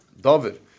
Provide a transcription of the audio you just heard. David